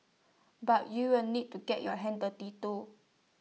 but you will need to get your hands dirty too